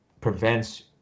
prevents